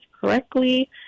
correctly